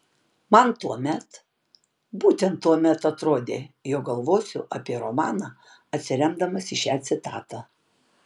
man tuomet būtent tuomet atrodė jog galvosiu apie romaną atsiremdamas į šią citatą